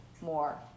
more